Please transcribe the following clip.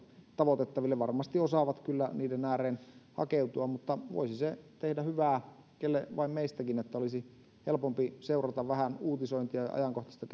tavoitettaville varmasti osaavat kyllä niiden ääreen hakeutua mutta voisi se tehdä hyvää kelle vain meistäkin jos olisi helpompi seurata vähän uutisointia ja ajankohtaista